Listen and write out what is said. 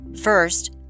first